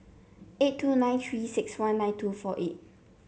eight two nine Three six one nine two four eight